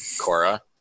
Cora